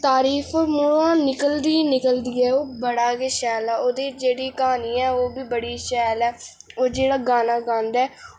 तारीफ मूहां निकलदी निकलदी ऐ ओह् बड़ा गै शैल ऐ ओह्दी जेह्ड़ी क्हानी ऐ बड़ी शैल ऐ ओह् जेह्ड़ा गाना गांदा ऐ